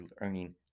earning